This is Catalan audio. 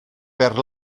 per